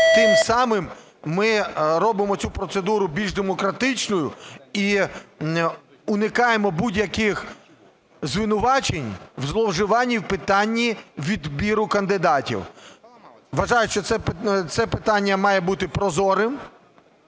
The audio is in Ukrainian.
Тим самим ми робимо цю процедуру більш демократичною і уникаємо будь-яких звинувачень у зловживаннях в питанні відбору кандидатів. Вважаю, що це питання має бути прозорим